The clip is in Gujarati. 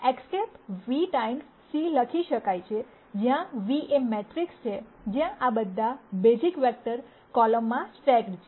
તેથી X̂ v ટાઈમ્સ c લખી શકાય છે જ્યાં v એ મેટ્રિક્સ છે જ્યાં આ બધા બેઝિક વેક્ટર કોલમમાં સ્ટેકડ છે